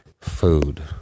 food